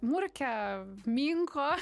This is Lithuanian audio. murkia minko